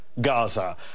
Gaza